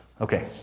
Okay